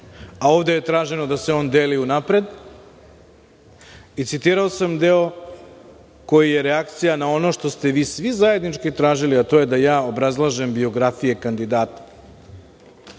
a ovde je traženo da se on deli unapred. Citirao sam i deo koji je reakcija na ono što ste vi svi zajednički tražili, a to je da ja obrazlažem biografije kandidata.